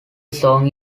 song